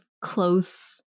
close